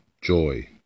joy